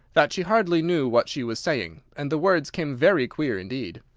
that she hardly knew what she was saying, and the words came very queer indeed